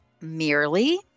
merely